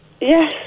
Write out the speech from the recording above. Yes